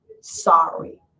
sorry